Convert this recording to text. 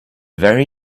very